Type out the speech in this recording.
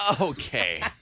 Okay